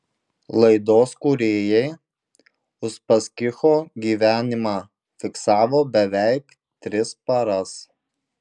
laidos kūrėjai uspaskicho gyvenimą fiksavo beveik tris paras